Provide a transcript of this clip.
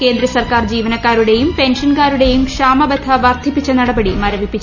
കേന്ദ്ര സർക്കാർ ജീവനക്കാരുടെയും പെൻഷൻകാരുടെയും ക്ഷാമബത്ത വർദ്ധിപ്പിച്ച നടപടി മരവിപ്പിച്ചു